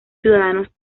ciudadanos